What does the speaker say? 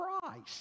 Christ